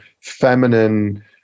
feminine